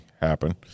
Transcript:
happen